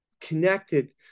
connected